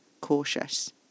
cautious